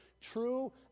true